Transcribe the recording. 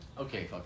Okay